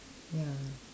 ya